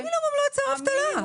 המינימום לא יוצר אבטלה.